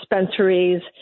dispensaries